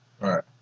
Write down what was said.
Right